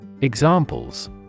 Examples